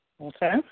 Okay